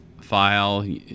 file